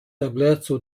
ebleco